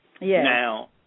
now